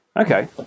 Okay